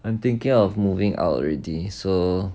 I'm thinking of moving out already so